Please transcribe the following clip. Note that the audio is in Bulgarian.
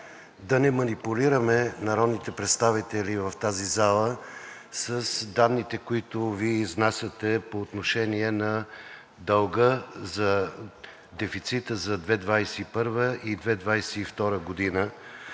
да не манипулираме народните представители в тази зала с данните, които Вие изнасяте по отношение на дълга за дефицита за 2021 г. и 2022 г.,